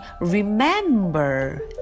remember